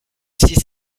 six